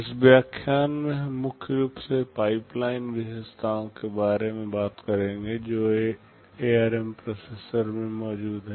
इस व्याख्यान में हम मुख्य रूप से पाइपलाइन विशेषताओं के बारे में बात करेंगे जो एआरएम प्रोसेसर में मौजूद हैं